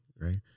right